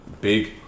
big